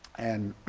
and